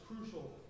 crucial